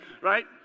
right